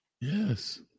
Yes